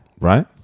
Right